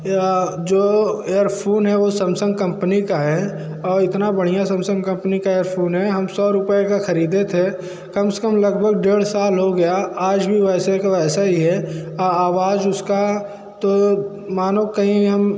यह जो एयरफ़ून है वो सेमसंग कंपनी का है और इतना बढ़िया सेमसंग कंपनी का एयरफ़ून है हम सौ रुपये का ख़रीदे थे कम से कम लगभग डेढ़ साल हो गया आज भी वैसे का वैसा ही है आवाज़ उसका तो मानो कहीं हम